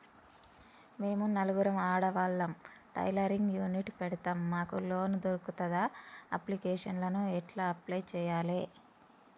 మేము నలుగురం ఆడవాళ్ళం టైలరింగ్ యూనిట్ పెడతం మాకు లోన్ దొర్కుతదా? అప్లికేషన్లను ఎట్ల అప్లయ్ చేయాలే?